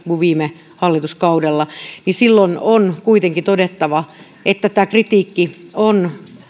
enemmän kuin viime hallituskaudella niin silloin on kuitenkin todettava että tämä kritiikki on